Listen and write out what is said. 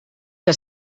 que